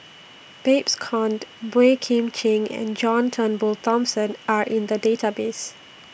Babes Conde Boey Kim Cheng and John Turnbull Thomson Are in The Database